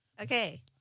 Okay